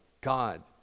God